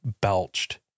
belched